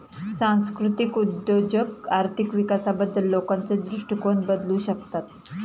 सांस्कृतिक उद्योजक आर्थिक विकासाबद्दल लोकांचे दृष्टिकोन बदलू शकतात